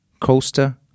Coaster